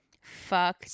Fuck